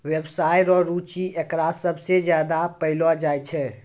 व्यवसाय रो रुचि एकरा सबसे ज्यादा पैलो जाय छै